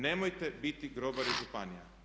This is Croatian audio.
Nemojte biti grobari županija.